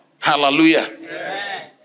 Hallelujah